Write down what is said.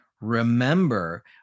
Remember